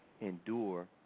endure